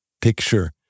picture